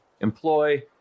employ